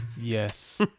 yes